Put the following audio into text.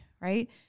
right